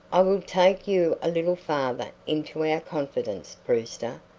i will take you a little farther into our confidence, brewster,